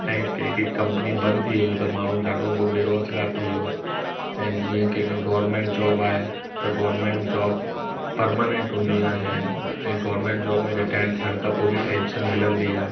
ऐं कंहिं कंहिं कंपनी बंदि थी वियूं त माण्हूं ॾाढो बो बेरोज़गारु थी वियो ऐं जीअं कंहिंखे गॉरमैंट जॉब आहे त गवरमेंट जॉब परमानेंट हूंदी आहे ऐं गवरमेंट जॉब में रिटायर थियनि खां पोइ बि पेंशन मिलंदी आहे